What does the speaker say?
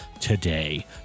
today